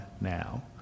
now